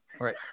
Right